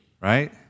Right